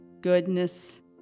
goodness